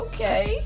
Okay